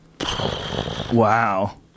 wow